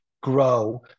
grow